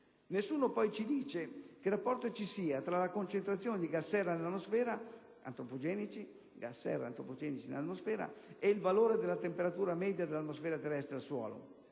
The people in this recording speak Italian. Nessuno poi ci dice quale rapporto ci sia tra la concentrazione di gas serra antropogenici nell'atmosfera e il valore della temperatura media dell'atmosfera terrestre al suolo.